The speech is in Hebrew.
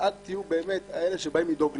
ואז תהיו באמת אלה שבאים לדאוג לנו.